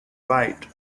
white